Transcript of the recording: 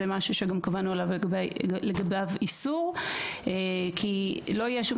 זה משהו שגם קבענו לגביו איסור כי לא יהיה שום